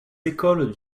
écoles